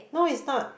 no it's not